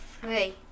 Three